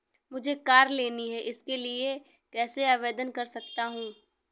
मुझे कार लेनी है मैं इसके लिए कैसे आवेदन कर सकता हूँ?